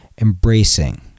embracing